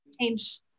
change